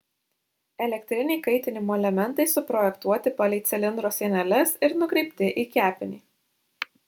elektriniai kaitinimo elementai suprojektuoti palei cilindro sieneles ir nukreipti į kepinį